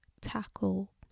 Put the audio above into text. tackle